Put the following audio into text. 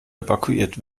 evakuiert